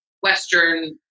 Western